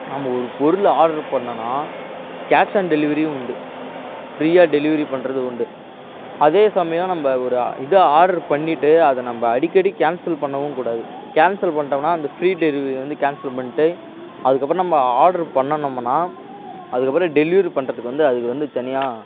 நம்ம ஒரு பொருள் ஆர்டர் பண்ணோம்ன்னா கேஷ் ஆன் டெலிவரியும் உண்டு ஃப்ரீயாக டெலிவரி பண்ணுறதும் உண்டு அதே சமயம் நம்ம ஒரு இது ஆர்டர் பண்ணிவிட்டு அதை நம்ம அடிக்கடி கேன்சல் பண்ணவும் கூடாது கேன்சல் பண்ணுறோம்னா அந்த ஃப்ரீ டெலிவரி வந்து கேன்சல் பண்ணிவிட்டு அதுக்கப்புறம் நம்ம ஆர்டர் பண்ணணும்னா அதுக்கப்புறம் டெலிவரி பண்ணுறதுக்கு வந்து அது வந்து தனியாக